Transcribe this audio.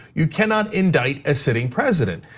you cannot indict a sitting president.